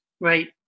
right